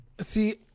See